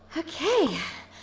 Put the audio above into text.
ok.